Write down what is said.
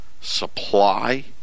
Supply